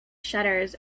shutters